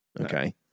Okay